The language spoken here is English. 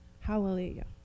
Hallelujah